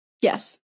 Yes